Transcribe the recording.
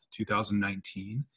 2019